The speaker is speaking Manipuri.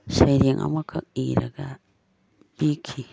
ꯁꯩꯔꯦꯡ ꯑꯃꯈꯛ ꯏꯔꯒ ꯄꯤꯈꯤ